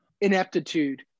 ineptitude